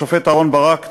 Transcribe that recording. השופט אהרן ברק,